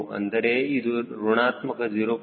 ಅಂದರೆ ಇದು ಋಣಾತ್ಮಕ 0